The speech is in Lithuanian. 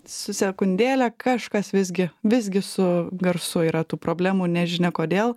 su sekundėlę kažkas visgi visgi su garsu yra tų problemų nežinia kodėl